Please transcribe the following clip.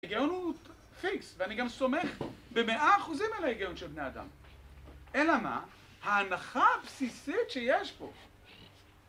ההגיון הוא פיקס, ואני גם סומך במאה אחוזים על ההגיון של בני האדם, אלא מה? ההנחה הבסיסית שיש פה